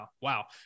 Wow